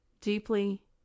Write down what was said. deeply